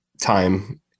time